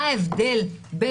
מה ההבדל?